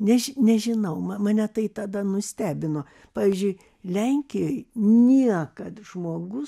než nežinau ma mane tai tada nustebino pavyzdžiui lenkijoj niekad žmogus